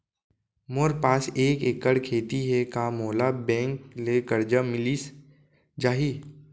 मोर पास एक एक्कड़ खेती हे का मोला बैंक ले करजा मिलिस जाही?